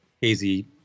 hazy